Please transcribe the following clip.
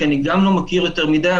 כי אני גם לא מכיר יותר מדי,